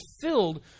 filled